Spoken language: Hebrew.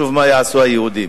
עובדה שקראת.